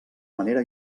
manera